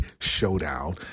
showdown